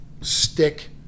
stick